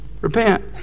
Repent